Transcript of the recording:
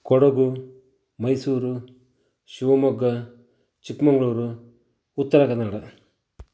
Kodagu Mysuru Shivamogga Chikkamagaluru Uttara Kannada